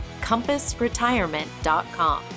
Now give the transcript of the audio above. compassretirement.com